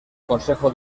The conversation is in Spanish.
consejo